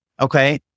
okay